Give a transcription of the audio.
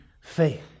faith